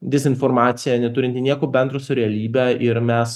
dezinformacija neturinti nieko bendro su realybe ir mes